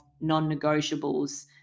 non-negotiables